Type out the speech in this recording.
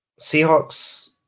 Seahawks